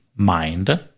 mind